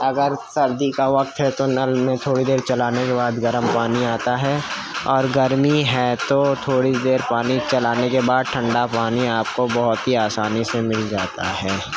اگر سردی کا وقت ہے تو نل میں تھوڑی دیر چلانے کے بعد گرم پانی آتا ہے اور گرمی ہے تو تھوڑی دیر پانی چلانے کے بعد ٹھنڈا پانی آپ کو بہت ہی آسانی سے مل جاتا ہے